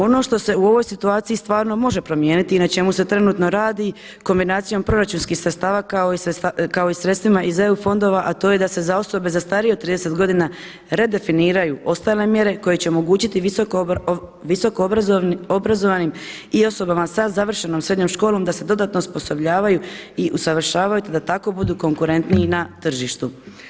Ono što se u ovoj situaciji stvarno može promijeniti i na čemu se trenutno radi, kombinacijom proračunskih sredstava kao i sredstvima iz EU fondova a to je da se za osobe za starije od 30 godina redefiniraju ostale mjere koje će omogućiti visoko obrazovanim i osobama sa završenom srednjom školom da se dodatno osposobljavaju i usavršavaju te da tako budu konkurentniji na tržištu.